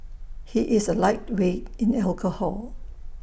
he is A lightweight in alcohol